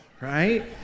right